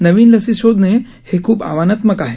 नवीन लसी शोधणे हे खूप आव्हानात्मक आहे